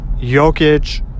Jokic